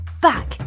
back